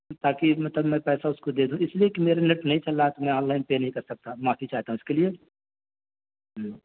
تاکہ مطلب میں پیسہ اس کو دے دوں اس لیے کہ میرے نیٹ نہیں چل رہا ہے تو میں آن لائن پے نہیں کر سکتا معافی چاہتا ہوں اس کے لیے ہوں